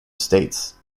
states